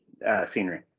scenery